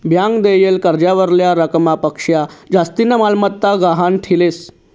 bank देयेल कर्जावरल्या रकमपक्शा जास्तीनी मालमत्ता गहाण ठीलेस